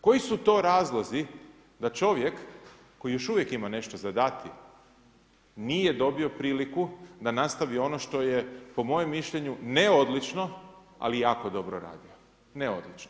Koji su to razlozi, da čovjek koji još uvijek ima nešto za dati, nije dobio priliku da nastavi ono što je po mojem mišljenju, ne odlično, ali jako dobro radi, ne odlično.